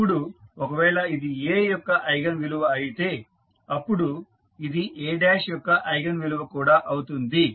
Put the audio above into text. ఇప్పుడు ఒకవేళ ఇది A యొక్క ఐగన్ విలువ అయితే అప్పుడు అది A యొక్క ఐగన్ విలువ కూడా అవుతుంది